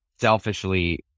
selfishly